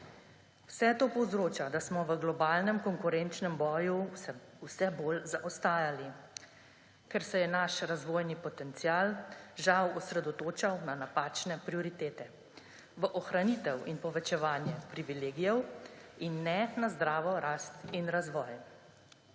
Vse to povzroča, da smo v globalnem konkurenčnem boju v vsem vse bolj zaostajali, ker se je naš razvojni potencial žal osredotočal na napačne prioritete, v ohranitev in povečevanje privilegijev in ne na zdravo rast in razvoj.